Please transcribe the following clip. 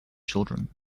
children